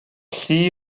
llu